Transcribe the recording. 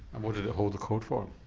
and what did it hold the code for?